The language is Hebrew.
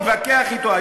תתווכח אתו.